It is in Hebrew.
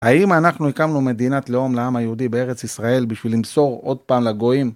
האם אנחנו הקמנו מדינת לאום לעם היהודי בארץ ישראל בשביל למסור עוד פעם לגויים?